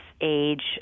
age